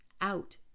out